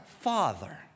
Father